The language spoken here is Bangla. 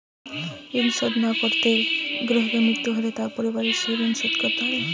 ঋণ শোধ না করে গ্রাহকের মৃত্যু হলে তার পরিবারকে সেই ঋণ শোধ করতে হবে?